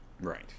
Right